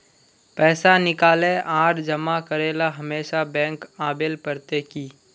पैसा निकाले आर जमा करेला हमेशा बैंक आबेल पड़ते की?